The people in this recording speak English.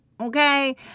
Okay